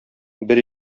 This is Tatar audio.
бер